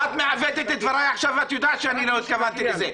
את מעוותת את דבריי עכשיו ואת יודעת שאני לא התכוונתי לזה.